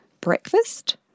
breakfast